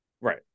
Right